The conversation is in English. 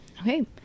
Okay